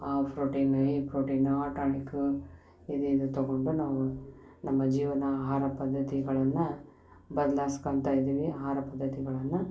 ಆ ಫ್ರೋಟೀನು ಈ ಪ್ರೊಟೀನು ಆ ಟಾನಿಕ್ಕು ಇದು ಇದು ತೊಗೊಂಡು ನಾವು ನಮ್ಮ ಜೀವನ ಆಹಾರ ಪದ್ಧತಿಗಳನ್ನು ಬದ್ಲಾಯ್ಸ್ಕೊಳ್ತ ಇದ್ದೀವಿ ಆಹಾರ ಪದ್ಧತಿಗಳನ್ನು